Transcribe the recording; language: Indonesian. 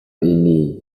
ini